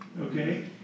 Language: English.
Okay